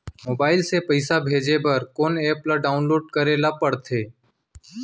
Mobile से पइसा भेजे बर कोन एप ल डाऊनलोड करे ला पड़थे?